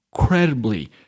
incredibly